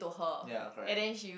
ya correct